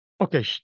Okay